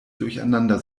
durcheinander